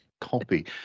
copy